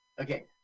Okay